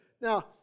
now